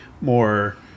more